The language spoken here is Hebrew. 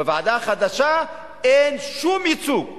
בוועדה החדשה אין שום ייצוג,